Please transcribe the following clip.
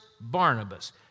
Barnabas